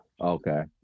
Okay